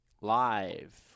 live